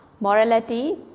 morality